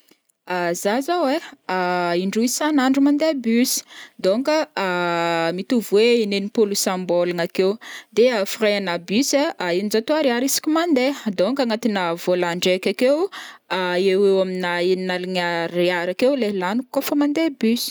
Zaho zao ai in-droa isan'andro mandeha bus, donc ai mitovy hoe inem-polo isam-bolagna akeo, de frais ana bus ai eninjato ariary isak mandeha donc agnatina volan-draiky akeo eo ho eo aminà enina aligna ariary akeo leha laniko kaofa mandeha bus